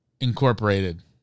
Incorporated